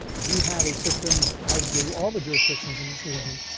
we have a system, as do all the jurisdictions in this region,